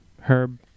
Herb